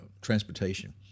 transportation